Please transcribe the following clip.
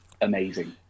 amazing